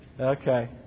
Okay